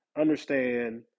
understand